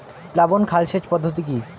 প্লাবন খাল সেচ পদ্ধতি কি?